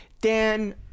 Dan